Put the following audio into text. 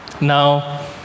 Now